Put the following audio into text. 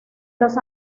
los